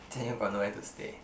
then you got nowhere to stay